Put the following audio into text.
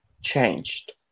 changed